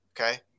Okay